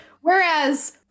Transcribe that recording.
Whereas